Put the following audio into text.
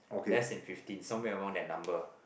less than fifteen somewhere around that number